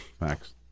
Max